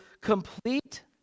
complete